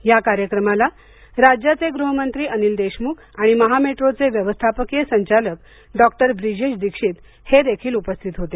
या कार्यक्रमाला राज्याचे गृहमंत्री अनिल देशमुख आणि महामेट्रोचे व्यवस्थापकीय सचालक डॉक्टर ब्रिजेश दीक्षित हेदेखील उपस्थित होते